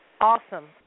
Awesome